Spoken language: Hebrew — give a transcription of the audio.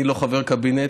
אני לא חבר קבינט,